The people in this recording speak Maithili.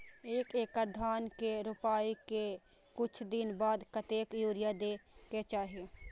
एक एकड़ धान के रोपाई के कुछ दिन बाद कतेक यूरिया दे के चाही?